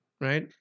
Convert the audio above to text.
right